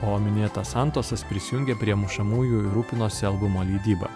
o minėtas santosas prisijungė prie mušamųjų rūpinosi albumo leidyba